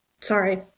sorry